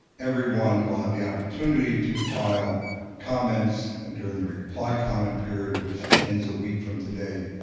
everyone will have the opportunity to file comments and during the reply comment period which ends a week from today,